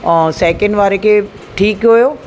ऐं सेकण्ड वारे खे ठीकु हुओ